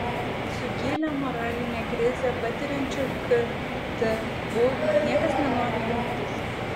su gilią moralinę krizę patiriančiu ktu niekas nenori jungtis